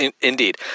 indeed